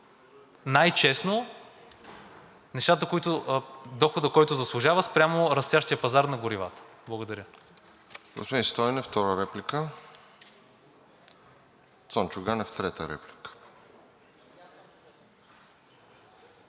най-честно дохода, който заслужва спрямо растящия пазар на горивата. Благодаря.